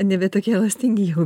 nebe tokie elastingi jau